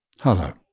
Hello